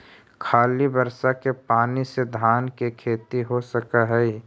खाली बर्षा के पानी से धान के खेती हो सक हइ?